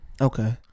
Okay